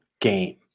game